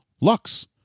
Lux